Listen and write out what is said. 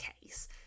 case